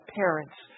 parents